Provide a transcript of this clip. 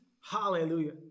hallelujah